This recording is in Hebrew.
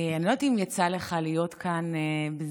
אני לא יודעת אם יצא לך להיות כאן בזמן